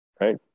right